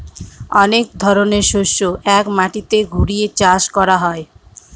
অনেক ধরনের শস্য এক মাটিতে ঘুরিয়ে চাষ করা হয়